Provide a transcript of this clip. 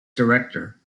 director